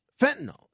fentanyl